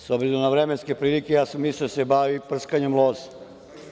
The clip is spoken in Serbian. S obzirom na vremenske prilike, ja sam mislio da se bavi prskanjem loze.